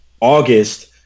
August